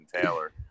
Taylor